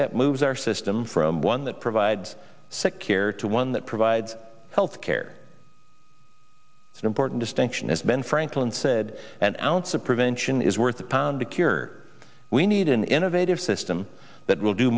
step moves our system from one that provides secure to one that provides health care is an important distinction as ben franklin said and ounce of prevention is worth a pound to cure we need an innovative system that will do